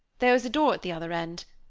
there was a door at the other end.